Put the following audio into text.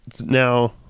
Now